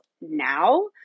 now